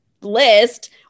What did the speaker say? list